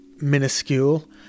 minuscule